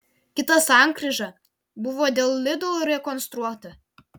kita sankryža buvo dėl lidl rekonstruota